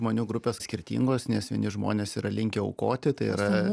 žmoių grupės skirtingos nes vieni žmonės yra linkę aukoti tai yra